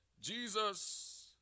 Jesus